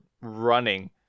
running